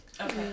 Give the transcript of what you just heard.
Okay